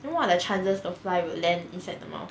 then what are the chances the fly would land inside the mouth